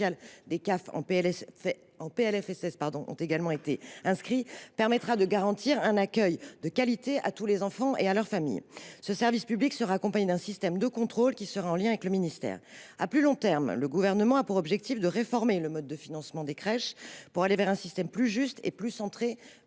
de la sécurité sociale pour 2025 –, permettra de garantir un accueil de qualité pour tous les enfants et leurs familles. Ce service public sera accompagné d’un système de contrôle en lien avec le ministère. À plus long terme, le Gouvernement a pour objectif de réformer le mode de financement des crèches pour aller vers un système plus juste et davantage centré